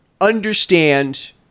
understand